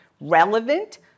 relevant